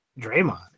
Draymond